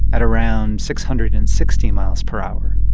at around six hundred and sixty miles per hour.